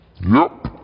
Nope